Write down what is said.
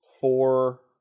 four